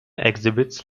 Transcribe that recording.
exhibits